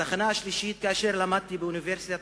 התחנה השלישית: כאשר למדתי באוניברסיטת